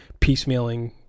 piecemealing